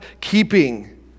keeping